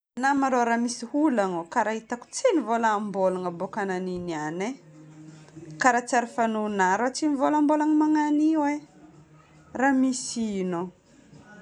Na ma rô raha misy ola anao karaha hitako tsy mivolambolagna boka nagnino niany e. Karaha tsy ary fanaonà raha tsy mivolambolagna magnano io e. Raha misy ino?